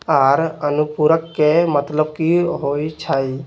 आहार अनुपूरक के मतलब की होइ छई?